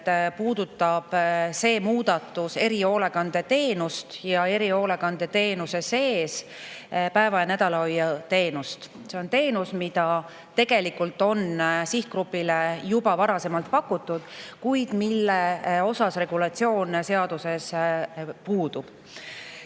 puudutab see muudatus erihoolekandeteenust ja erihoolekandeteenuse sees päeva- ja nädalahoiuteenust. See on teenus, mida tegelikult on sihtgrupile juba varasemalt pakutud, kuid mille regulatsioon seaduses puudub.